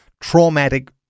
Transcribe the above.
traumatic